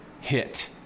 hit